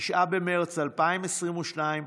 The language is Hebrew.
9 במרץ 2022,